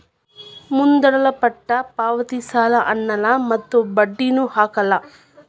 ಮುಂದೂಡಲ್ಪಟ್ಟ ಪಾವತಿ ಸಾಲ ಅನ್ನಲ್ಲ ಮತ್ತು ಬಡ್ಡಿನು ಹಾಕಲ್ಲ